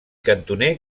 cantoner